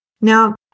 Now